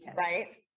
Right